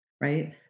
right